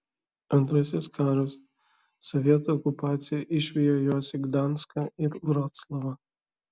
antrasis karas sovietų okupacija išvijo juos į gdanską ir vroclavą